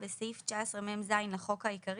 4. בסעיף 19מז לחוק העיקרי,